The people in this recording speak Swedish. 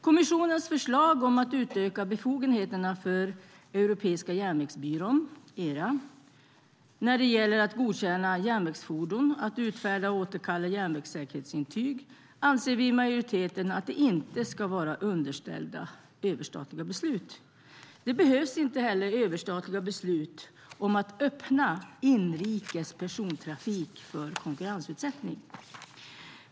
Kommissionens förslag om att utöka befogenheterna för Europeiska järnvägsbyrån, ERA, när det gäller att godkänna järnvägsfordon och att utfärda och återkalla järnvägssäkerhetsintyg anser vi i majoriteten inte ska vara underställda överstatliga beslut. Det behövs inte heller överstatliga beslut om att öppna inrikes persontrafik för konkurrensutsättning.